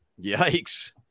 Yikes